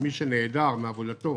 שמי שנעדר מעבודתו